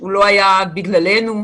זה בלתי אפשרי.